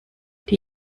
die